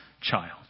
child